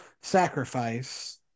sacrifice